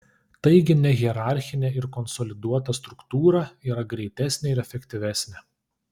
taigi nehierarchinė ir konsoliduota struktūra yra greitesnė ir efektyvesnė